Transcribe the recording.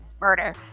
Murder